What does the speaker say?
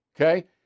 okay